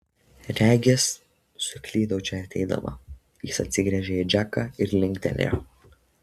regis suklydau čia ateidama ji atsigręžė į džeką ir linktelėjo